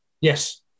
Yes